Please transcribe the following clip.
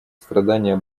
страдания